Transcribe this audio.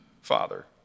father